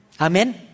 Amen